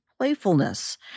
playfulness